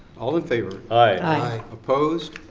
all in favor? aye. opposed?